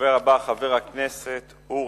תודה רבה לחבר הכנסת אילן גילאון.